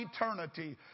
eternity